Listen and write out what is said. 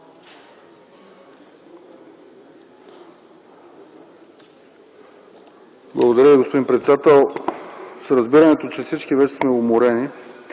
Благодаря, господин председател. С разбирането, че всички вече сме уморени,